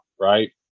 right